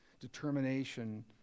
determination